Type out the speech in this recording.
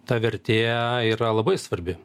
ta vertė yra labai svarbi